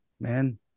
man